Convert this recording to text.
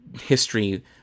history